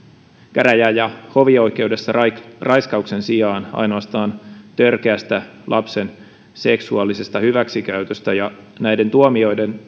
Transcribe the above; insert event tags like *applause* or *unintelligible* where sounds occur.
käräjä ja hovioikeudessa raiskauksen sijaan ainoastaan törkeästä lapsen seksuaalisesta hyväksikäytöstä ja näiden tuomioiden *unintelligible*